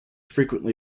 frequently